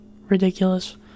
ridiculous